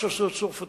מה שעשו הצרפתים,